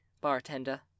bartender